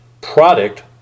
product